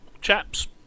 chaps